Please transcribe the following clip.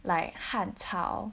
like 汉朝